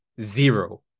zero